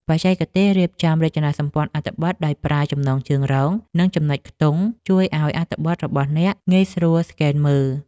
បច្ចេកទេសរៀបចំរចនាសម្ព័ន្ធអត្ថបទដោយប្រើចំណងជើងរង និងចំណុចខ្ទង់ ជួយឱ្យអត្ថបទរបស់អ្នកងាយស្រួលស្កេនមើល។